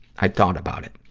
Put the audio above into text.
i thought about it.